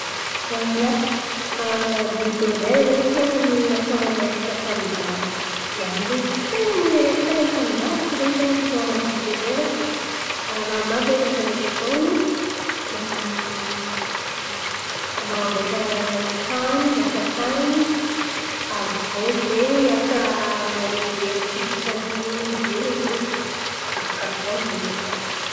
Ia, bilidôzera zen̈y ten̈a ny iasan̈a amy resaka tanimbary. Ia, io zen̈y ten̈a ny araiky ten̈a ny tanimbary fo zen̈y ten̈a mikoragna amy bilidôzera. Maromaro zen̈y asa mety ataony ma- man̈amboatra tany miasa tany. Aviô zen̈y asa maherihery tsy vitan'ny olombelon̈o zen̈y afaka ataony zen̈y jiàby.